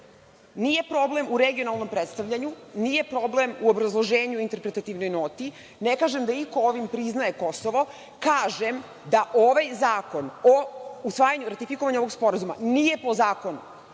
Nije problem u regionalnom predstavljanju, nije problem u obrazloženju u interpretativnoj noti, ne kažem da ovim iko priznaje Kosovo. Kažem da ovaj zakon o usvajanju, ratifikovanju ovog sporazuma nije po zakonu.